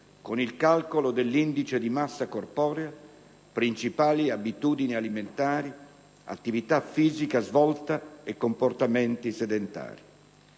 (con il calcolo dell'indice di massa corporea), principali abitudini alimentari, attività fisica svolta e comportamenti sedentari.